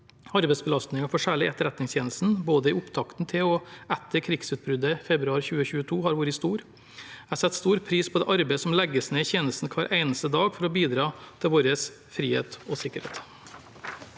Arbeidsbelastningen for særlig Etterretningstjenesten, både i opptakten til og etter krigsutbruddet i februar 2022, har vært stor. Jeg setter stor pris på det arbeidet som legges ned i tjenesten hver eneste dag for å bidra til vår frihet og sikkerhet.